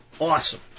awesome